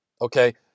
okay